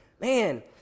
Man